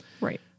Right